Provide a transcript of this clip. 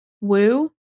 Woo